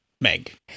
Meg